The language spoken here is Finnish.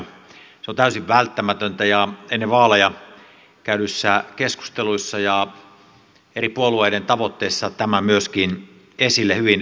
se on täysin välttämätöntä ja ennen vaaleja käydyissä keskusteluissa ja eri puolueiden tavoitteissa tämä myöskin esille hyvin voimakkaasti tuli